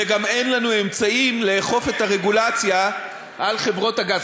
וגם אין לנו אמצעים לאכוף את הרגולציה על חברות הגז.